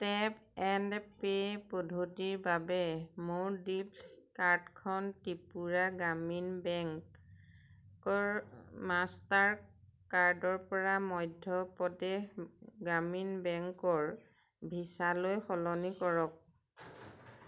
tap and pay পদ্ধতিৰ বাবে মোৰ ডিফল্ট কাৰ্ডখন ত্ৰিপুৰা গ্ৰামীণ বেংকৰ মাষ্টাৰ কাৰ্ডৰপৰা মধ্য প্ৰদেশ গ্ৰামীণ বেংকৰ ভিছালৈ সলনি কৰক